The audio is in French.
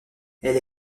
elle